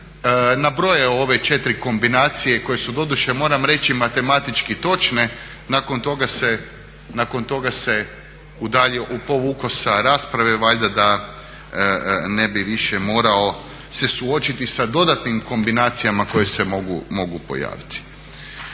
nabrojao ove četiri kombinacije koje su doduše moram reći matematički točne nakon toga se udaljio, povukao sa rasprave valjda da ne bi više morao se suočiti sa dodatnim kombinacijama koje se mogu pojaviti.